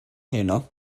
heno